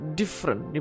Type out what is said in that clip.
different